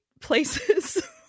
places